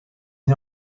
née